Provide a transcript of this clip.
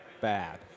bad